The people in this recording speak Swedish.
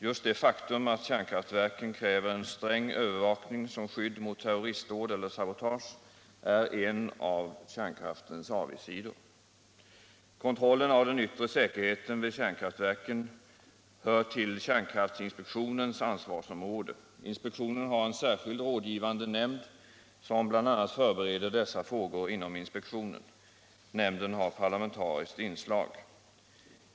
Just det faktum att kärnkraftverken kräver en sträng övervakning som skydd mot terroristdåd eller sabotage är en av kärnkraftens avigsidor. Kontrollen av den yttre säkerheten vid kärnkraftverken hör till kärnkraftinspektionens ansvarsområde. Inspektionen har en särskild rådgivande nämnd som bl.a. förbereder dessa frågor inom inspektionen. Nämnden har parlamentariskt inslag.